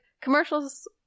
commercials